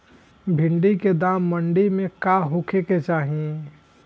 भिन्डी के दाम मंडी मे का होखे के चाही?